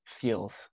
feels